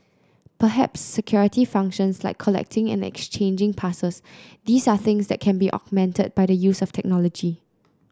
perhaps security functions like collecting and exchanging passes these are things that can be augmented by the use of technology